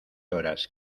horas